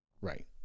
right